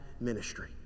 ministry